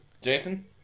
Jason